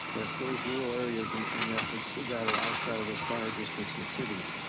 but it's those rural areas and in essence that are outside of those fire districts and cities.